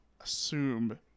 assume